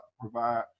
provide